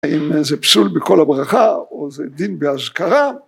‫האם זה פסול בכל הברכה ‫או זה דין בהשכרה?